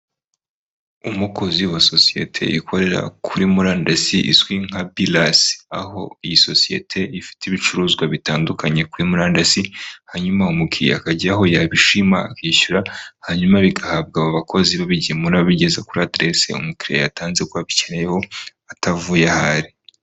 Umukozi wa sosiyete ikorera kuri murandasi izwi nka birasi aho iyi sosiyete ifite ibicuruzwa bitandukanye kuri murandasi, hanyuma umukiriya akajyaho yabishima akishyura hanyuma bigahabwa aba bakozi babigemura babigeza kuri adirese umukiriya yatanze ko babikeneyeho atavuye ahari.